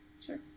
Sure